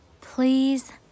Please